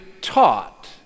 taught